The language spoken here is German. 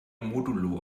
modulo